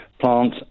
plant